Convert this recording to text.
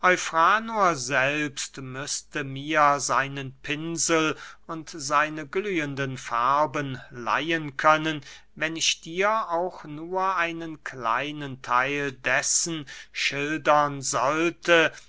selbst müßte mir seinen pinsel und seine glühenden farben leihen können wenn ich dir auch nur einen kleinen theil dessen schildern sollte